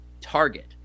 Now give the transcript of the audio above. Target